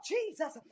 Jesus